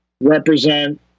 represent